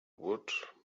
woot